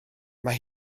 mae